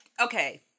okay